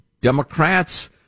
Democrats